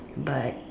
but